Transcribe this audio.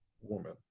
woman